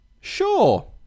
sure